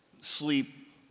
Sleep